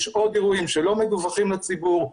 ויש עוד אירועים שלא מדווחים לציבור.